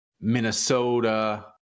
Minnesota